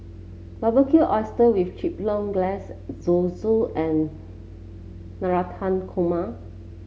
Barbecued Oysters with Chipotle Glaze Zosui and Navratan Korma